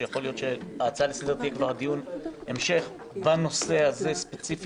שיכול להיות שההצעה לסדר תהיה כבר דיון המשך בנושא הזה ספציפית,